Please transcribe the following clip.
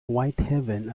whitehaven